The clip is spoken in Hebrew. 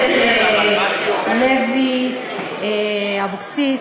הכנסת אורלי לוי אבקסיס.